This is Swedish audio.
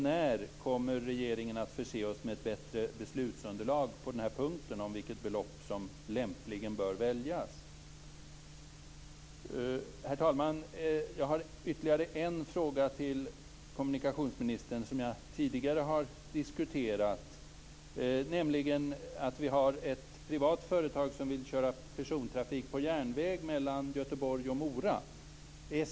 När kommer regeringen att förse oss med ett bättre beslutsunderlag på den här punkten om vilket belopp som lämpligen bör väljas? Herr talman! Jag har ytterligare en fråga till kommunikationsministern, som jag tidigare har diskuterat. Vi har ett privat företag som vill köra persontrafik på järnväg mellan Göteborg och Mora.